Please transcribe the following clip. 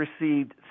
received